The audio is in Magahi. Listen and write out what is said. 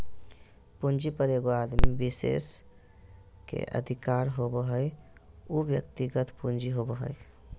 पूंजी पर एगो आदमी विशेष के अधिकार होबो हइ उ व्यक्तिगत पूंजी होबो हइ